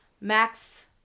Max